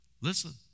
Listen